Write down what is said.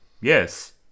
yes